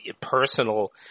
personal